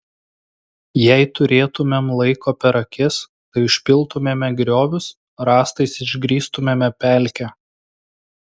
jei turėtumėm laiko per akis tai užpiltumėme griovius rąstais išgrįstumėme pelkę